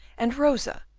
and rosa,